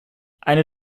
eine